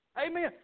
Amen